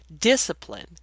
Discipline